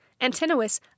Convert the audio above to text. Antinous